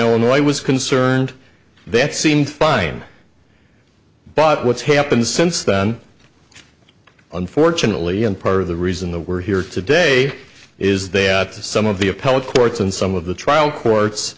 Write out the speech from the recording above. no no i was concerned that seemed fine but what's happened since then unfortunately and part of the reason that we're here today is that some of the appellate courts and some of the trial courts